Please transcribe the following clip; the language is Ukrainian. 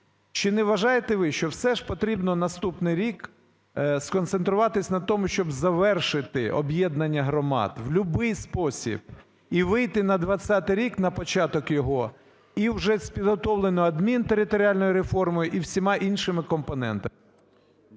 Чи не вважаєте ви, що, все ж, потрібно наступний рік сконцентруватись на тому, щоб завершити об'єднання громад в любий спосіб і вийти на 20-й рік, на початок його, і вже з підготовленоюадмінтериторіальною реформою і всіма іншими компонентами?